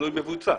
השינוי מבוצע,